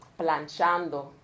planchando